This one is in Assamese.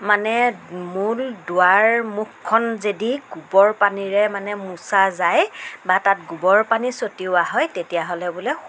মানে মূল দুৱাৰ মুখখন যদি গোবৰ পানীৰে মানে মোচা যায় বা তাত গোবৰ পানী ছটিওৱা হয় তেতিয়াহ'লে বোলে